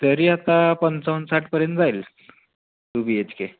तरी आता पंचावन्न साठपर्यंत जाईल टू बी एच के